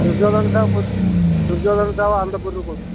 ଦୁର୍ଯୋଧନ ସାହୁ କହୁଥିଲି ଦୁର୍ଯୋଧନ ସାହୁ ଆନନ୍ଦପୁରରୁ କହୁଥିଲି